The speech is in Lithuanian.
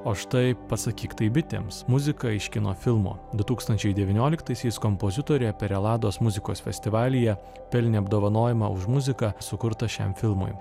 o štai pasakyk tai bitėms muzika iš kino filmo du tūkstančiai devynioliktaisiais kompozitorė per elados muzikos festivalyje pelnė apdovanojimą už muziką sukurtą šiam filmui